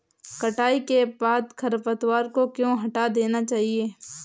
कटाई के बाद खरपतवार को क्यो हटा देना चाहिए?